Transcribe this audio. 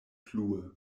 plue